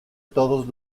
todos